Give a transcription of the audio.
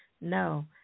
No